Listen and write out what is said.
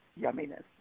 yumminess